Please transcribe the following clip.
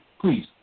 Please